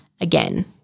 again